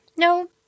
No